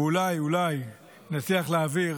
ואולי אולי נצליח להעביר